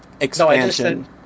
expansion